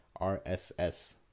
RSS